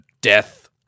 death